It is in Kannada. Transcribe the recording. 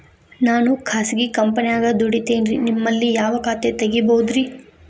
ನಾನು ಖಾಸಗಿ ಕಂಪನ್ಯಾಗ ದುಡಿತೇನ್ರಿ, ನಿಮ್ಮಲ್ಲಿ ಯಾವ ಖಾತೆ ತೆಗಿಬಹುದ್ರಿ?